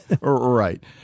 Right